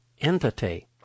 entity